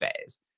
phase